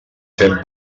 fem